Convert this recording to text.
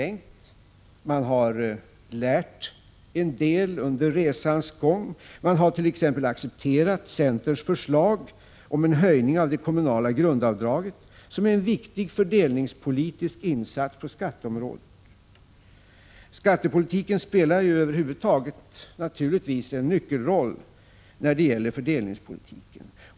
Man har lärt sig en del under resans gång och t.ex. accepterat centerns förslag om en höjning av det kommunala grundavdraget, som är en Prot. 1985/86:163 viktig fördelningspolitisk insats på skatteområdet. Skattepolitiken spelar Sjuni 1986 över huvud taget naturligtvis en nyckelroll i fördelningspolitiken.